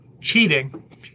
cheating